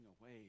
away